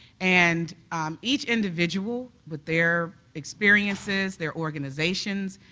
and each individual, with their experiences, their organizations,